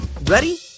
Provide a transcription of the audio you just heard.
Ready